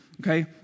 okay